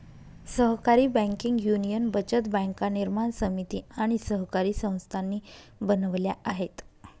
सहकारी banking union बचत बँका निर्माण समिती आणि सहकारी संस्थांनी बनवल्या आहेत